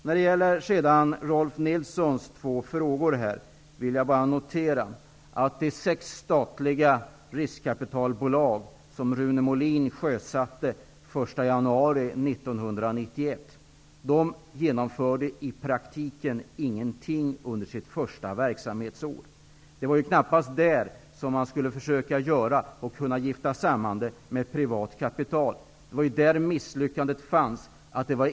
När det så gäller Rolf L Nilsons två frågor vill jag bara notera att de sex statliga riskkapitalbolag som Rune Molin sjösatte den 1 januari 1991 i praktiken inte genomförde någonting under sitt första verksamhetsår. Det var ju knappast där som man skulle försöka åstadkomma ett sammangifte med privat kapital. Det var där misslyckandet fanns.